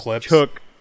took